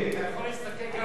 אתה יכול להסתכל גם על,